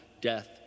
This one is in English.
death